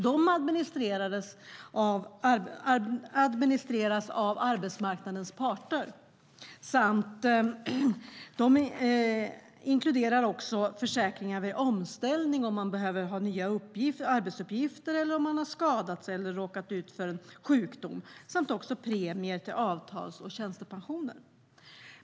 De administreras av arbetsmarknadens parter och inkluderar också försäkringar vid omställning om man behöver ha nya arbetsuppgifter om man skadat sig eller råkat ut för en sjukdom samt premier till avtals eller tjänstepensioner.